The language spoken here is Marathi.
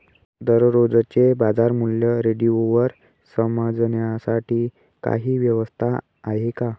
दररोजचे बाजारमूल्य रेडिओवर समजण्यासाठी काही व्यवस्था आहे का?